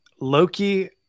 Loki